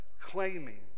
claiming